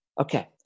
Okay